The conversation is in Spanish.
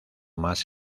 más